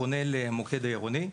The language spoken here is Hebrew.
פונה למוקד העירוני,